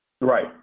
Right